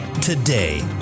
today